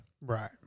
Right